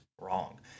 wrong